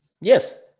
yes